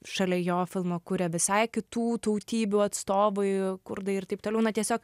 šalia jo filmo kuria visai kitų tautybių atstovai kurdai ir taip toliau na tiesiog